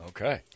Okay